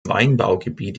weinbaugebiet